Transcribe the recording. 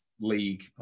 league